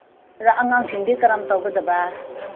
ꯑꯉꯥꯡꯁꯤꯡꯗꯤ ꯀꯔꯝ ꯇꯧꯒꯗꯕ